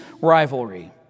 rivalry